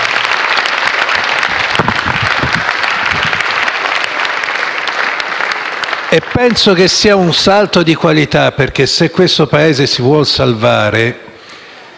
Penso che sia un salto di qualità, perché se questo Paese si vuol salvare,